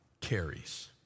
carries